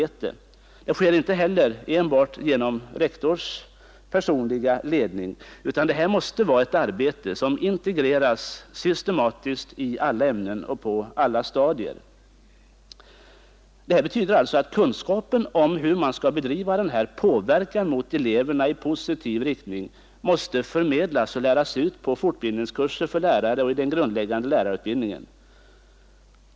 Det sker inte heller enbart genom rektors personliga ledning, utan det måste vara ett arbete som integreras systematiskt i alla ämnen och på alla stadier. Det betyder att kunskapen om hur man skall bedriva denna påverkan på eleverna i positiv riktning måste förmedlas och läras ut på fortbildningskurser för lärare och i den grundläggande lärarutbildningen.